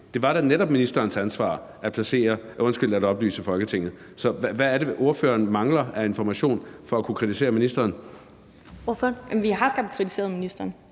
Det var da netop ministerens ansvar at oplyse Folketinget, så hvad er det, ordføreren mangler af informationer for at kunne kritisere ministeren? Kl. 15:45 Første næstformand